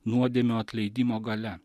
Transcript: nuodėmių atleidimo galia